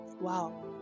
Wow